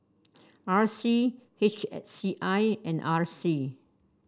R C H A C I and R C